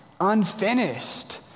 unfinished